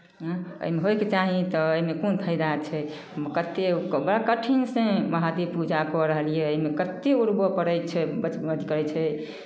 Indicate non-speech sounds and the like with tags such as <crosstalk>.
एँ एहिमे होयके चाही तऽ एहिमे कोन फाइदा छै कतेक बड़ कठिनसँ महादेव पूजा कऽ रहलियै हइ एहिमे कतेक ओरबय पड़ै छै <unintelligible> करै छै